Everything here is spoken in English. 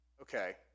okay